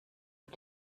auf